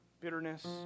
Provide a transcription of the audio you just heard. bitterness